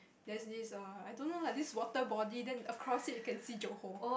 there's this err I don't know lah this water body then across it you can see Johor